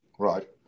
Right